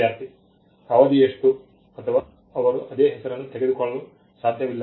ವಿದ್ಯಾರ್ಥಿ ಅವಧಿ ಎಷ್ಟು ಅಥವಾ ಅವರು ಅದೇ ಹೆಸರನ್ನು ತೆಗೆದುಕೊಳ್ಳಲು ಸಾಧ್ಯವಿಲ್ಲ